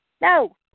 No